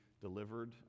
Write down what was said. delivered